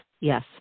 yes